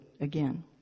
again